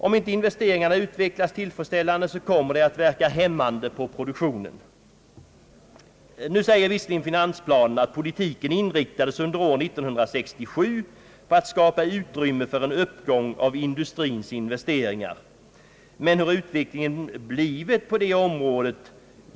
Om inte investeringarna utvecklats tillfredsställande så kommer det att verka hämmande på produktionen. Nu säger visserligen finansplanen, att politiken inriktades under år 1967 på att skapa utrymme för en uppgång av industrins investeringar. Men hur har utvecklingen blivit på det området?